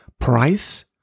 price